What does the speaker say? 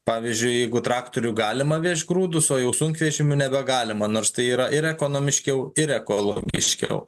pavyzdžiui jeigu traktoriu galima vežt grūdus o jau sunkvežimiu nebegalima nors tai yra ir ekonomiškiau ir ekologiškiau